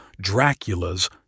Dracula's